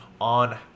on